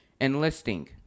enlisting